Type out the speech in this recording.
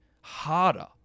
harder